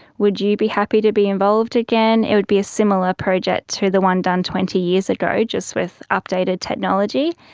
would you be happy to be involved again? it would be a similar project to the one done twenty years ago, just with updated technology.